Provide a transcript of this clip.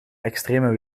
extreme